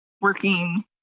Working